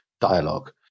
dialogue